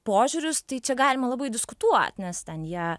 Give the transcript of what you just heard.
požiūrius tai čia galima labai diskutuot nes ten jie